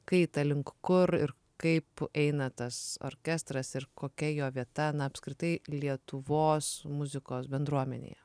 kaitą link kur ir kaip eina tas orkestras ir kokia jo vieta na apskritai lietuvos muzikos bendruomenėje